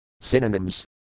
Synonyms